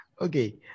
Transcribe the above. okay